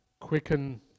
quicken